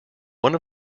one